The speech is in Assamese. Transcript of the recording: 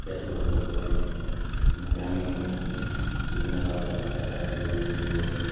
পেটটো গধুৰ গধুৰ লাগে এনেকৈ আমি দুয়োজনে তাৰপাছত লাহে লাহে দৌৰি দৌৰি গৈ আছিলোঁ